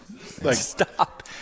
Stop